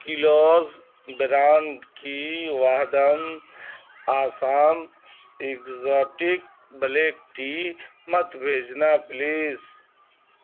kilos brand کی بادام Assam exotic black tea مت بھیجنا پلیز